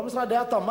לא משרד התמ"ת,